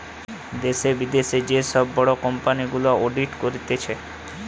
দ্যাশে, বিদ্যাশে যে সব বড় কোম্পানি গুলা অডিট করতিছে